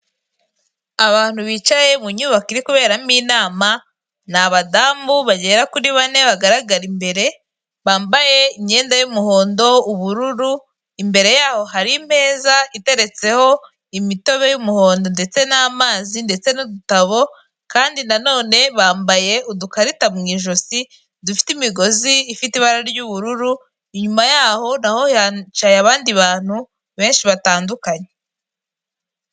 Abantu bicaye mu nyubako iri kuberamo inama, ni abadamu bagera kuri bane bagaragara imbere, bambaye imyenda y'umuhondo, ubururu, imbere yabo hari imeza iteretseho imitobe y'umuhondo ndetse n'amazi ndetse n'udutabo, kandi na none bambaye udukarita mu ijosi, dufite imigozi ifite ibara ry'ubururu, inyuma yaho na ho hicaye abandi bantu benshi batandukanye.